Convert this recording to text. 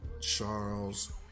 Charles